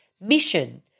mission